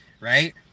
right